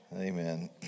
Amen